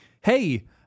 Hey